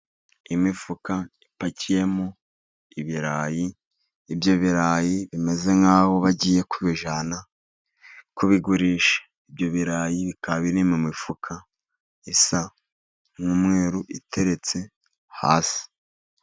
Imifuka ipakiyemo ibirayi, ibyo birayi bimeze nk'aho bagiye kubijyana kubigurisha, ibyo birayi bikaba biri mu mifuka isa n'umweru iteretse hasi.